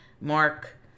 mark